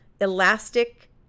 elastic